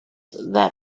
that